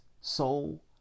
soul